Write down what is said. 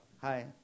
Hi